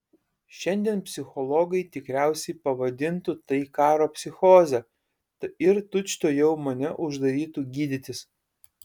šiandien psichologai tikriausiai pavadintų tai karo psichoze ir tučtuojau mane uždarytų gydytis